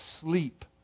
sleep